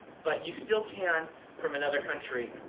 but you still can from another country.